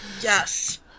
Yes